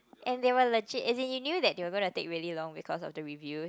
and they were legit as in you knew that they were gonna take really long because of the reviews